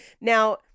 Now-